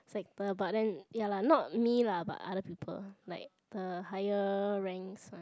sector but then ya lah not me lah but other people like uh higher ranks one